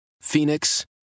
Phoenix